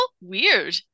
weird